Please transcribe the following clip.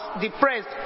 depressed